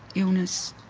illness,